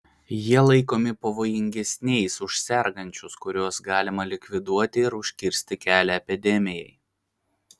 jie laikomi pavojingesniais už sergančius kuriuos galima likviduoti ir užkirsti kelią epidemijai